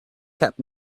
kept